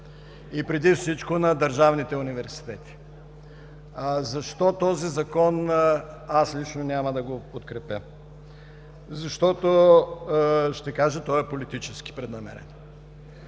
и преди всичко на държавните университети. Защо този Закон аз лично няма да го подкрепя? Защото, ще кажа, той е политически преднамерен.